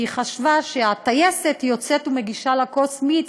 היא חשבה שהטייסת יוצאת ומגישה לה כוס מיץ,